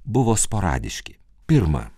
buvo sporadiški pirma